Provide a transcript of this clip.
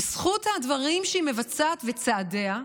בזכות הדברים שהיא מבצעת וצעדיה,